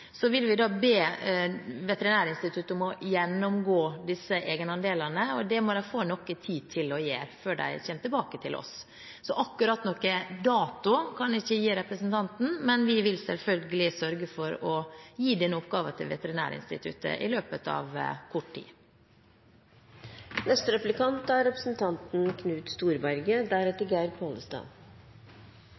Vi vil be Veterinærinstituttet om å gjennomgå disse egenandelene, men de må få noe tid til å gjøre det før de kommer tilbake til oss. Akkurat noen dato kan jeg ikke gi representanten, men vi vil selvfølgelig sørge for å gi den oppgaven til Veterinærinstituttet i løpet av kort tid.